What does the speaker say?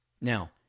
Now